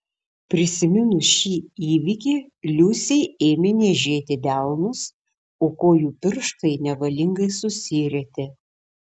prisiminus šį įvykį liusei ėmė niežėti delnus o kojų pirštai nevalingai susirietė